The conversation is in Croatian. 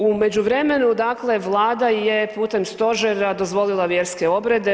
U međuvremenu, dakle Vlada je putem stožera dozvolila vjerske obrede.